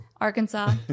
Arkansas